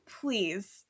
please